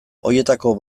horietako